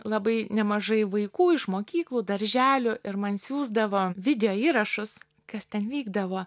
labai nemažai vaikų iš mokyklų darželių ir man siųsdavo videoįrašus kas ten vykdavo